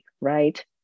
right